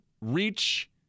reach